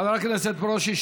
חבר הכנסת ברושי,